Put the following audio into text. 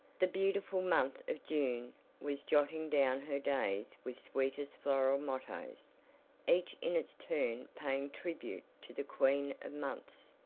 the beautiful month of june was jotting down her days with sweetest floral mottoes each in its turn paying tribute to the queen of months.